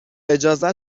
اجازه